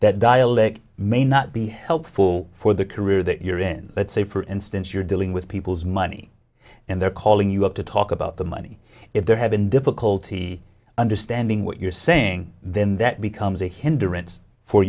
that dialect may not be helpful for the career that you're in let's say for instance you're dealing with people's money and they're calling you up to talk about the money if they're having difficulty understanding what you're saying then that becomes a hinderance for